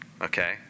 okay